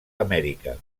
amèrica